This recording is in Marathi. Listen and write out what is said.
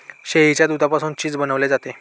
शेळीच्या दुधापासून चीज बनवले जाते